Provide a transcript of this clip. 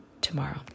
tomorrow